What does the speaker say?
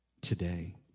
today